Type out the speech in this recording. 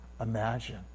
imagine